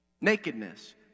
Nakedness